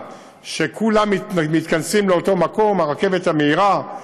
שכולם מתכנסים לאותו מקום: הרכבת המהירה,